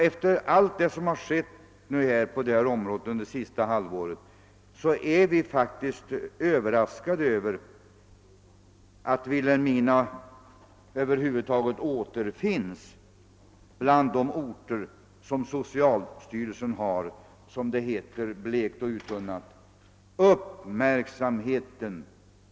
Efter allt det som skett på detta område under det senaste halvåret är vi faktiskt överraskade över att Vilhelmina över huvud taget återfinns bland de orter som socialstyrelsen har, som det heter så blekt och uttunnat, »uppmärksamheten på».